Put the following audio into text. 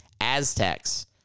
Aztecs